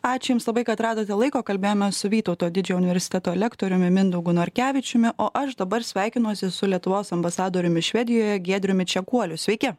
ačiū jums labai kad radote laiko kalbėjome su vytauto didžiojo universiteto lektoriumi mindaugu norkevičiumi o aš dabar sveikinuosi su lietuvos ambasadoriumi švedijoje giedriumi čekuoliu sveiki